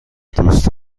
دوست